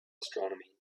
astronomy